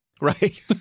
Right